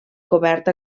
cobert